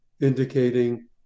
indicating